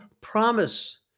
promise